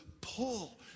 pull